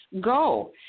go